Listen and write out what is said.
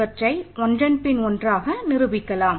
இவற்றை ஒன்றன் பின் ஒன்றாக நிரூபிக்கலாம்